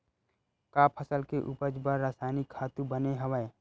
का फसल के उपज बर रासायनिक खातु बने हवय?